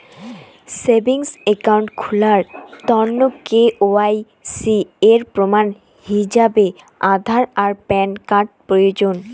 savings account খুলার তন্ন KYC এর প্রমাণ হিছাবে আধার আর প্যান কার্ড প্রয়োজন